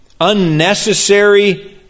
unnecessary